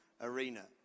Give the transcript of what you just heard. arena